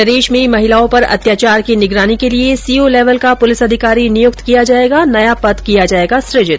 प्रदेश में महिलाओं पर अत्याचार की निगरानी के लिये सीओ लैवल का प्रलिस अधिकारी नियुक्त किया जायेगा नया पद किया जायेगा सुजित